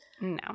No